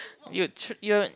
you you